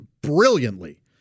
brilliantly